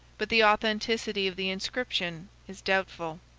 but the authenticity of the inscription is doubtful.